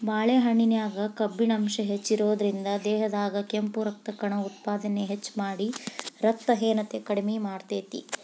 ಬಾಳೆಹಣ್ಣಿನ್ಯಾಗ ಕಬ್ಬಿಣ ಅಂಶ ಹೆಚ್ಚಿರೋದ್ರಿಂದ, ದೇಹದಾಗ ಕೆಂಪು ರಕ್ತಕಣ ಉತ್ಪಾದನೆ ಹೆಚ್ಚಮಾಡಿ, ರಕ್ತಹೇನತೆ ಕಡಿಮಿ ಮಾಡ್ತೆತಿ